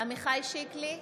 עמיחי שיקלי,